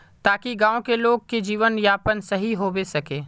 ताकि गाँव की लोग के जीवन यापन सही होबे सके?